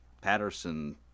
Patterson